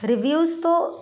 reviews તો